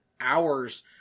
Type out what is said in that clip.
hours